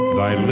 thy